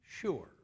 sure